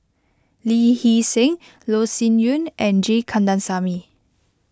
Lee Hee Seng Loh Sin Yun and G Kandasamy